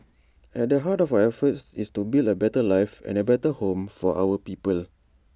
at the heart of our efforts is to build A better life and A better home for our people